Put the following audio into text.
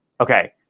Okay